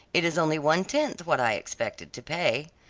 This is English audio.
it is only one-tenth what i expected to pay.